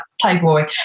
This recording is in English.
Playboy